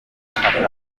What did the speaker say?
hakaba